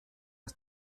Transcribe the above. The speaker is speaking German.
aus